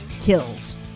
kills